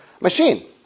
machine